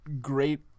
great